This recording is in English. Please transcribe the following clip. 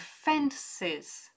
fences